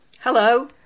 Hello